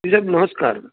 સાહેબ નમસ્કાર